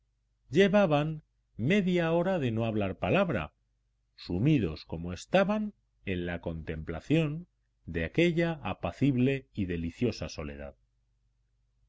llevaban media hora de no hablar palabra sumidos como estaban en la contemplación de aquella apacible y deliciosa soledad